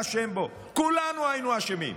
כולנו היינו אשמים,